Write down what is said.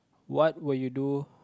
what would you do